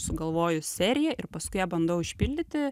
sugalvoju seriją ir paskui ją bandau išpildyti